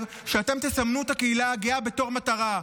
שאתם תסמנו את הקהילה הגאה בתור מטרה.